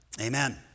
amen